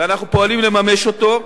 ואנחנו פועלים לממש אותו.